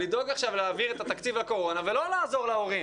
לדאוג להעביר את תקציב הקורונה ולא לעזור להורים.